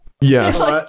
yes